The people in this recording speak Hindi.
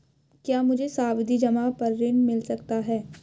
क्या मुझे सावधि जमा पर ऋण मिल सकता है?